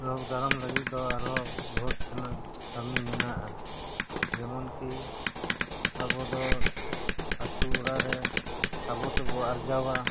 ᱨᱳᱜᱽ ᱫᱟᱨᱟᱢ ᱞᱟᱹᱜᱤᱫ ᱫᱚ ᱟᱨᱦᱚᱸ ᱵᱚᱦᱩᱛ ᱛᱤᱱᱟᱹᱜ ᱠᱟᱹᱢᱤ ᱢᱮᱱᱟᱜᱼᱟ ᱡᱮᱢᱚᱱ ᱠᱤ ᱟᱵᱚ ᱫᱚ ᱟᱛᱳ ᱚᱲᱟᱜ ᱨᱮ ᱟᱵᱚ ᱛᱮᱵᱚ ᱟᱨᱡᱟᱣᱟ